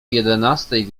jedenastej